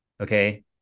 okay